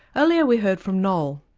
earlier we heard from noel.